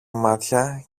μάτια